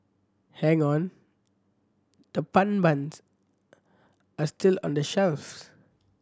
hang on the pun buns are still on the shelves